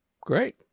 Great